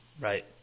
Right